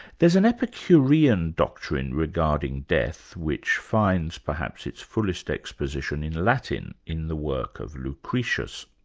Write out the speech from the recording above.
there's an epicurean doctrine regarding death which finds perhaps its fullest exposition in latin in the work of lucretius.